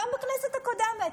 גם בכנסת הקודמת.